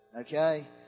Okay